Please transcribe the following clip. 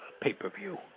pay-per-view